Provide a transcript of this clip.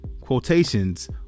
quotations